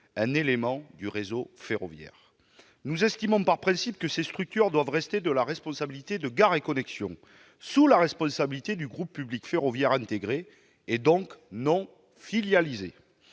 un élément du réseau ferroviaire. Nous estimons, par principe, que ces structures doivent continuer à relever de Gares et Connexions, sous la responsabilité du groupe public ferroviaire intégré, et donc ne pas